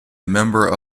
member